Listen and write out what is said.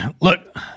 Look